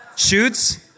shoots